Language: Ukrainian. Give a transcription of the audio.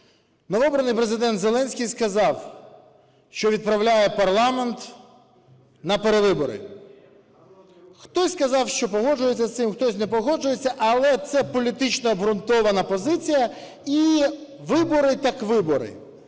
новообраний Президент Зеленський сказав, що відправляє парламент на перевибори. Хтось казав, що погоджується з цим, хтось не погоджується, але це політично обґрунтована позиція. І вибори – так вибори.